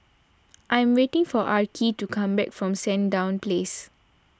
I am waiting for Arkie to come back from Sandown Place